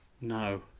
No